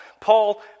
Paul